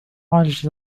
معالجة